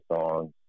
songs